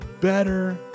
better